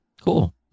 Cool